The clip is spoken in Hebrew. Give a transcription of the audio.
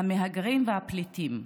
המהגרים והפליטים.